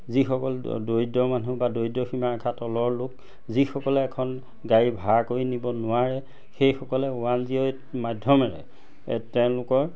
যিসকল দৰিদ্ৰ মানুহ বা দৰিদ্ৰ সীমা ৰেখাৰ তলৰ লোক যিসকলে এখন গাড়ী ভাড়া কৰি নিব নোৱাৰে সেইসকলে ওৱান জিঅ'এইট মাধ্যমেৰে তেওঁলোকৰ